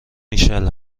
میشله